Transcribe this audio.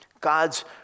God's